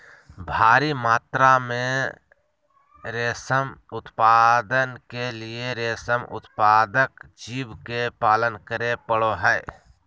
भारी मात्रा में रेशम उत्पादन के लिए रेशम उत्पादक जीव के पालन करे पड़ो हइ